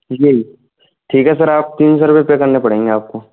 जी ठीक है सर आप तीन सौ रुपए पे करने पड़ेंगे आपको